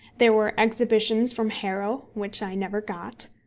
there were exhibitions from harrow which i never got.